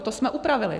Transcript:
To jsme upravili.